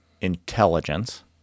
intelligence